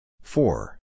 Four